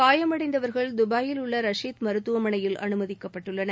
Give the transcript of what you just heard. காயமடைந்தவர்கள் தபாயிலிலுள்ள ரஷித் மருத்துவமனையில் அனுமதிக்கப்பட்டுள்ளனர்